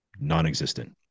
non-existent